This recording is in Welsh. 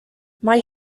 mae